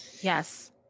Yes